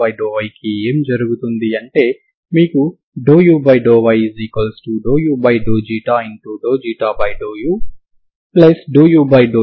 మీరు కంటిన్యుటీ ని ఉపయోగిస్తే uxxt|x0 uxxt|x0యొక్క అవకలనం ఎంతో మీరు చూడవచ్చు మరియు x 0 వద్ద ఇది కంటిన్యూస్ అవ్వాలి అంటే ux0t ux0t అవ్వాలి అంటే ux0t0 అవ్వాలి